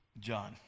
John